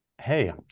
Hey